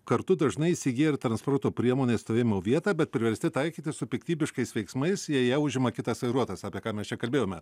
kartu dažnai įsigyja ir transporto priemonės stovėjimo vietą bet priversti taikytis su piktybiškais veiksmais jei ją užima kitas vairuotojas apie ką mes čia kalbėjome